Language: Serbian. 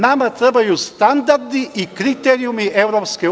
Nama trebaju standardi i kriterijumi EU.